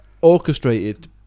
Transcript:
orchestrated